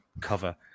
cover